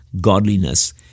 godliness